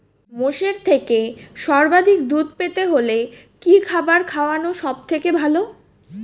মোষের থেকে সর্বাধিক দুধ পেতে হলে কি খাবার খাওয়ানো সবথেকে ভালো?